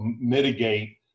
mitigate